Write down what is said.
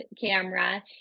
camera